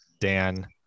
Dan